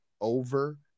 over